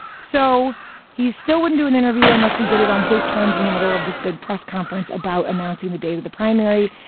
so he's still wouldn't do an interview unless we did it on his terms in the middle of this big press conference about announcing the date of the primary.